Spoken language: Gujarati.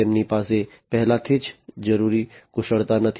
તેમની પાસે પહેલાથી જ જરૂરી કુશળતા નથી